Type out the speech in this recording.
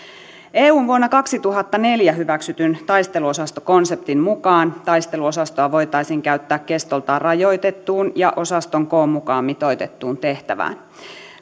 eun vuonna kaksituhattaneljä hyväksytyn taisteluosastokonseptin mukaan taisteluosastoa voitaisiin käyttää kestoltaan rajoitettuun ja osaston koon mukaan mitoitettuun tehtävään